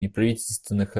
неправительственных